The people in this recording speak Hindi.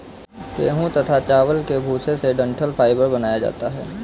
गेहूं तथा चावल के भूसे से डठंल फाइबर बनाया जाता है